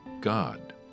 God